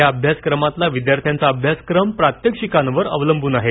या अभ्यासक्रमातील विद्यार्थ्यांचा अभ्यासक्रम प्रात्यक्षिकावर अवलंबून आहे